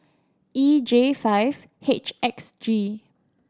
E J five H X G